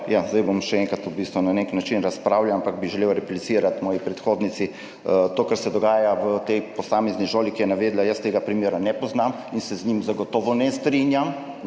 Zdaj bom še enkrat v bistvu na nek način razpravljal, ampak bi želel replicirati svoji predhodnici. To, kar se dogaja v tej posamezni šoli, kar je navedla, jaz tega primera ne poznam in se z njim zagotovo ne strinjam.